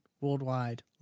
worldwide